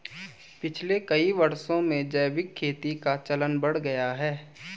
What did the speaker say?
पिछले कई वर्षों में जैविक खेती का चलन बढ़ गया है